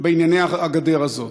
בענייני הגדר הזאת.